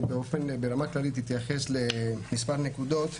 ברמה כללית אני אתייחס למספר נקודות.